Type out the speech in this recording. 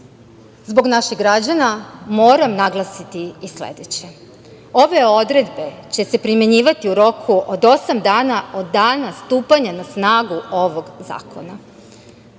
naših građana moram naglasiti i sledeće. Ove odredbe će se primenjivati u roku od osam dana od dana stupanja na snagu ovog zakona.